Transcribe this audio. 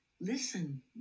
listen